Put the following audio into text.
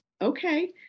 Okay